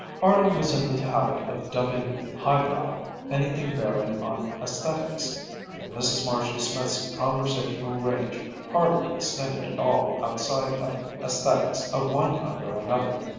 arnold was in the habit of dubbing high-brow anything bearing on aesthetics and mrs. marshall-smith's conversational range hardly extending at all outside of aesthetics of one kind or another,